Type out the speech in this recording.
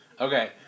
Okay